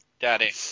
Daddy